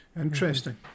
Interesting